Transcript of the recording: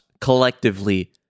collectively